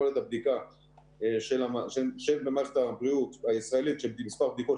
יכולת הבדיקה במערכת הבריאות הישראלית של מספר בדיקות